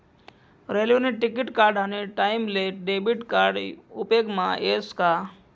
रेल्वेने तिकिट काढानी टाईमले डेबिट कार्ड उपेगमा यस का